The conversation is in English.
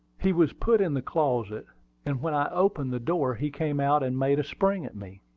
he was put in the closet and when i opened the door he came out and made a spring at me.